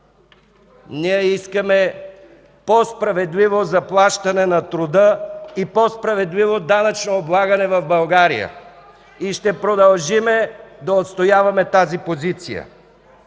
Ние искаме по-справедливо заплащане на труда и по-справедливо данъчно облагане в България и ще продължим да отстояваме тази позиция.